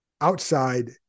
outside